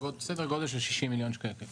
סדר גודל של 60 מיליון שקלים.